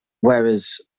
Whereas